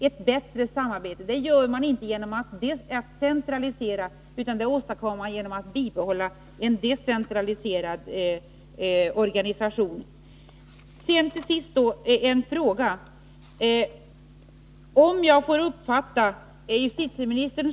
Ett bättre samarbete åstadkommer man inte genom att centralisera, utan genom att bibehålla en decentraliserad organisation. Till sist vill jag rikta en fråga till justitieministern.